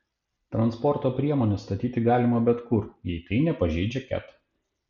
transporto priemones statyti galima bet kur jei tai nepažeidžia ket